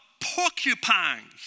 porcupines